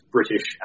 British